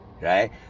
right